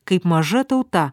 kaip maža tauta